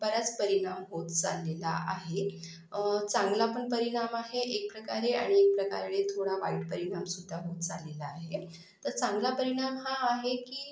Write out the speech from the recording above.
बराच परिणाम होत चाललेला आहे चांगला पण परिणाम आहे एकप्रकारे आणि एकप्रकारे थोडा वाईट परिणामसुद्धा झालेला आहे तर चांगला परिणाम हा आहे की